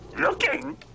Looking